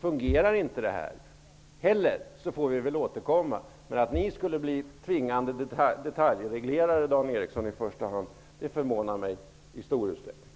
Fungerar inte det här heller, så får vi väl återkomma. Men att ni skulle förespråka en tvingande detaljreglering i första hand, Dan Eriksson, förvånar mig verkligen.